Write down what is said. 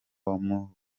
wamuha